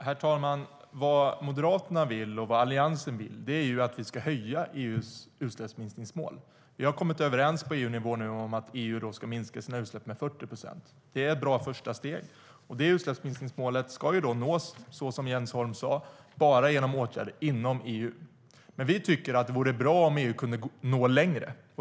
Herr talman! Vad Moderaterna och Alliansen vill är att vi ska höja EU:s utsläppsminskningsmål. På EU-nivå har vi kommit överens om att EU ska minska sina utsläpp med 40 procent. Det är ett bra första steg. Det utsläppsminskningsmålet ska, som Jens Holm sa, nås genom åtgärder bara inom EU. Vi tycker att det vore bra om EU kunde nå längre.